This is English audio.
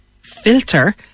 filter